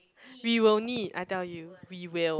we will need I tell you we will